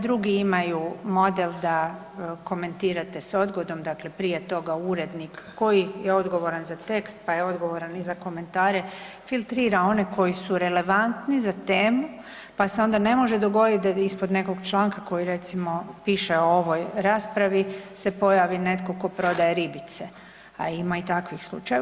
Drugi imaju model da komentirate s odgodom dakle prije toga urednik koji je odgovoran za tekst pa je odgovoran i za komentare filtrira one koji su relevantni za temu, pa se onda ne može dogoditi da ispod nekog članka koji recimo piše o ovoj raspravi se pojavi netko tko prodaje ribice, a ima i takvih slučajeva.